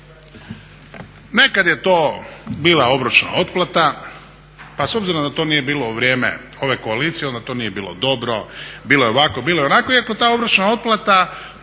nekad je to bila obročna otplata, pa s obzirom da to nije bilo u vrijeme ove koalicije onda to nije bilo dobro, bilo je ovako, bilo je onako iako ta obročna otplata